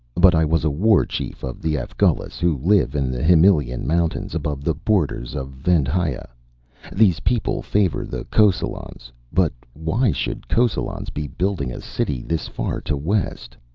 but i was a war-chief of the afghulis who live in the himelian mountains above the borders of vendhya. these people favor the kosalans. but why should kosalans be building a city this far to west?